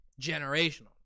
Generational